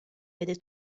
vede